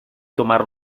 tomar